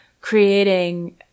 creating –